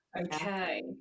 Okay